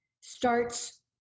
starts